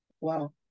Wow